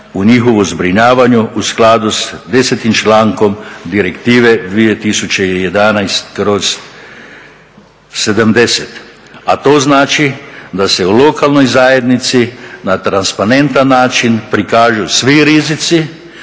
o njihovu zbrinjavanju u skladu s 10. člankom Direktive 2011/70, a to znači da se u lokalnoj zajednici na transparentan način prikažu svi rizici